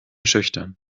schüchtern